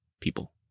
people